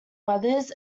winters